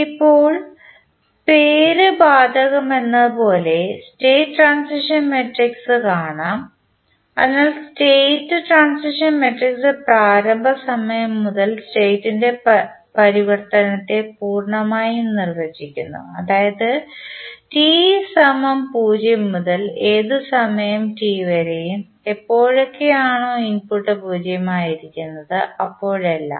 ഇപ്പോൾ പേര് ബാധകമാകുന്നതുപോലെ സ്റ്റേറ്റ് ട്രാൻസിഷൻ മാട്രിക്സ് കാണാം അതിനാൽ സ്റ്റേറ്റ് ട്രാൻസിഷൻ മാട്രിക്സ് പ്രാരംഭ സമയം മുതൽ സ്റ്റേറ്റ്ൻറെ പരിവർത്തനത്തെ പൂർണ്ണമായും നിർവചിക്കുന്നു അതായത് t 0 മുതൽ ഏതു സമയം t വരെയും എപ്പോഴൊക്കെ ആണോ ഇൻപുട്ട് 0 ആയിരിക്കുന്നത് അപ്പോഴെല്ലാം